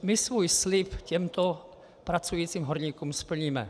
My svůj slib těmto pracujícím horníkům splníme.